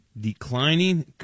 declining